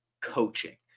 coaching